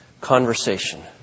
conversation